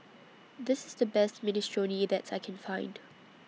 This IS The Best Minestrone that I Can Find